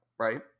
Right